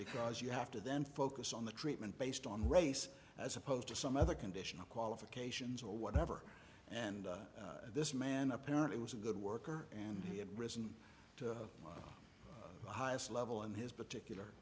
because you have to then focus on the treatment based on race as opposed to some other conditional qualifications or whatever and this man apparently was a good worker and risen to the highest level in his particular